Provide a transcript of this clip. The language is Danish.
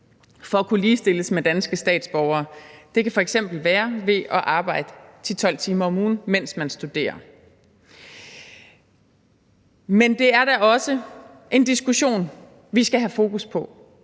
for at kunne ligestilles med danske statsborgere. Det kan f.eks. være ved at arbejde 10-12 timer om ugen, mens man studerer. Men det er da også en diskussion, vi skal have fokus på: